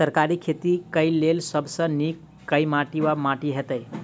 तरकारीक खेती केँ लेल सब सऽ नीक केँ माटि वा माटि हेतै?